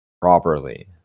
properly